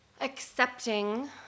accepting